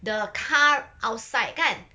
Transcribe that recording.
the car outside kan